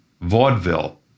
vaudeville